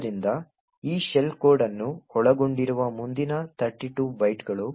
ಆದ್ದರಿಂದ ಈ shell code ಅನ್ನು ಒಳಗೊಂಡಿರುವ ಮುಂದಿನ 32 ಬೈಟ್ಗಳು